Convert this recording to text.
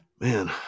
Man